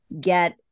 get